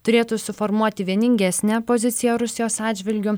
turėtų suformuoti vieningesnę poziciją rusijos atžvilgiu